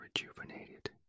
rejuvenated